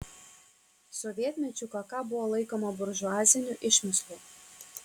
sovietmečiu kk buvo laikoma buržuaziniu išmislu